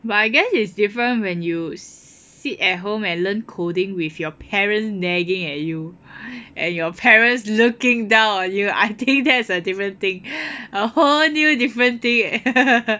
but I guess is different when you sit at home and learn coding with your parents nagging at you and your parents looking down on you I think that's a different thing a whole new different thing eh